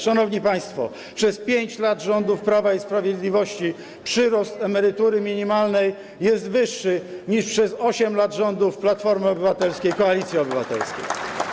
Szanowni państwo, przez 5 lat rządów Prawa i Sprawiedliwości przyrost emerytury minimalnej jest wyższy niż przez 8 lat rządów Platformy Obywatelskiej - Koalicji Obywatelskiej.